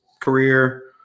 career